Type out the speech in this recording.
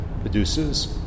produces